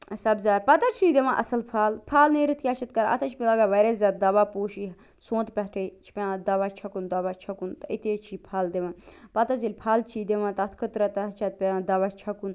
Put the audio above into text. سبزار پتہٕ حظ چھُ یہِ دِوان اصٕل پھل پھل نیٖرتھ کیٛاہ چھِ اَتھ کَران اَتھ حظ چھِ لگان واریاہ زیادٕ دوا پٲشی سونٛتہٕ پٮ۪ٹھٔے چھُ پیٚوان اَتھ دوا چھَکُن دوا چھَکُن تہٕ أتی حظ چھُ یہِ پھل دِوان پتہٕ حظ ییٚلہِ پھل چھُ یہِ دِوان تتھ خٲطرٕ تہٕ حظ چھِ اَتھ پیٚوان دوا چھَکُن